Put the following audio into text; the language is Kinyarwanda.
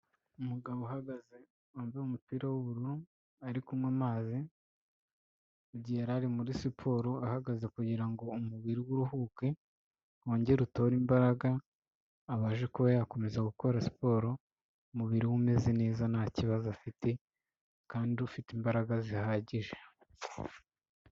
Umugabo uhagaze, wambaye umupira w'ubururu, ari kunywa amazi, igihe yari ari muri siporo ahagaze kugira ngo umubiri we uruhuke, wongere utore imbaraga, abashe kuba yakomeza gukora siporo, umubiri we umeze neza nta kibazo afite, kandi ufite imbaraga zihagije.